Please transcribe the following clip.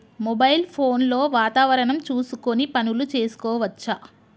Mobile phone లో వాతావరణం చూసుకొని పనులు చేసుకోవచ్చా?